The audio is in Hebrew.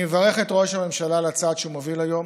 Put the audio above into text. אני מברך את ראש הממשלה על הצעד שהוא מוביל היום.